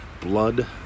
blood